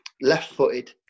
Left-footed